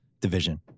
division